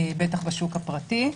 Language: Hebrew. בטח בשוק הפרטי.